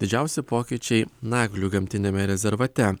didžiausi pokyčiai naglių gamtiniame rezervate